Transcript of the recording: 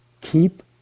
Keep